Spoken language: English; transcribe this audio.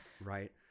right